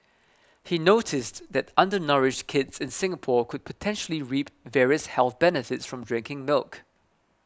he noticed that undernourished kids in Singapore could potentially reap various health benefits from drinking milk